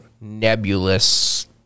nebulous